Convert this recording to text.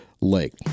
Lake